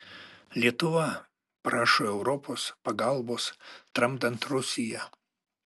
lietuva prašo europos pagalbos tramdant rusiją